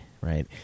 right